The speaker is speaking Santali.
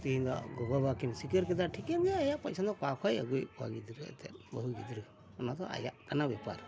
ᱛᱤᱦᱤᱧ ᱫᱚ ᱜᱚᱜᱚᱼᱵᱟᱵᱟ ᱠᱤᱱ ᱥᱤᱠᱟᱹᱨ ᱠᱮᱫᱟ ᱴᱷᱤᱠᱟᱹᱱ ᱜᱮᱭᱟ ᱟᱭᱟᱜ ᱯᱚᱪᱷᱚᱱᱫᱚ ᱚᱠᱟ ᱠᱷᱚᱡ ᱟᱹᱜᱩᱭᱮᱫ ᱠᱚᱣᱟ ᱜᱤᱫᱽᱨᱟᱹ ᱮᱱᱛᱮᱫ ᱵᱟᱹᱦᱩ ᱜᱤᱫᱽᱨᱟᱹ ᱚᱱᱟ ᱫᱚ ᱟᱭᱟᱜ ᱠᱟᱱᱟ ᱵᱮᱯᱟᱨ